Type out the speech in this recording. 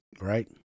Right